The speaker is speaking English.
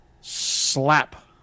slap